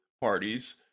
parties